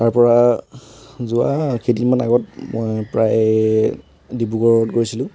তাৰ পৰা যোৱা কেইদিনমান আগত মই প্ৰায় ডিব্ৰুগড়ত গৈছিলোঁ